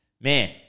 Man –